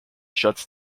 shuts